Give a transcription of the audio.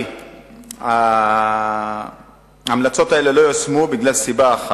לצערי, ההמלצות האלה לא יושמו בגלל סיבה אחת: